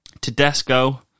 Tedesco